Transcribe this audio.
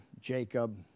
Jacob